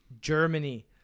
Germany